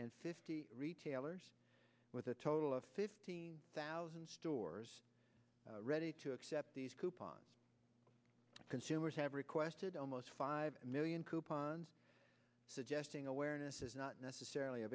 and fifty retailers with a total of fifteen thousand stores ready to accept these coupons consumers have requested almost five million coupons suggesting awareness is not necessarily a